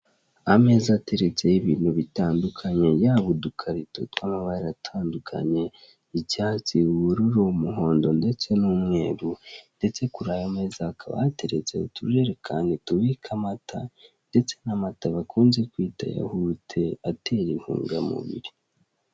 Ameza ateretseho ibintu bitandukanye, yaba udukarito tw'amabara atandukanye, icyatsi, ubururu n'umuhondo ndetse n'umweru ndetse kuri ayo mazi hakaba hateretse utujerekani tubika amata ndetse n'amata bakunze kwita Yogurt atera intungamubiri.